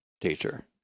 teacher